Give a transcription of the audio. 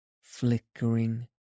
flickering